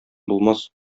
булмас